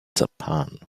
japan